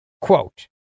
quote